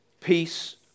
peace